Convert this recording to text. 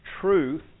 truth